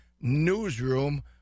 Newsroom